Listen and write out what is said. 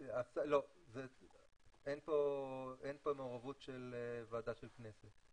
לא, אין פה מעורבות של ועדה של כנסת.